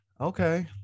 Okay